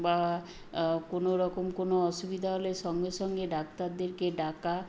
বা কোনো রকম কোনো অসুবিধা হলে সঙ্গে সঙ্গে ডাক্তারদেরকে ডাকা